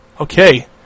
Okay